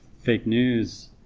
fake news